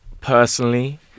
personally